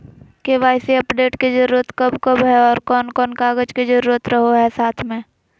KYC update के जरूरत कब कब है और कौन कौन कागज के जरूरत रहो है साथ में?